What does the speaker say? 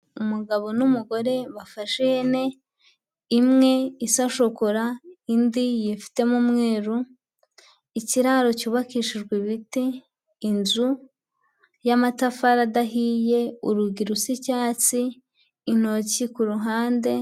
Umugabo n'umugore bafashe ihene, imwe isa shokora, indi yifitemo umweru, ikiraro cyubakishijwe ibiti, inzu y'amatafari adahiye, urugi rusa icyatsi, intoki ku ruhande.